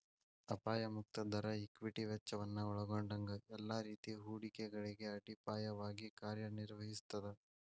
ಅಪಾಯ ಮುಕ್ತ ದರ ಈಕ್ವಿಟಿ ವೆಚ್ಚವನ್ನ ಒಲ್ಗೊಂಡಂಗ ಎಲ್ಲಾ ರೇತಿ ಹೂಡಿಕೆಗಳಿಗೆ ಅಡಿಪಾಯವಾಗಿ ಕಾರ್ಯನಿರ್ವಹಿಸ್ತದ